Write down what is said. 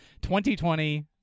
2020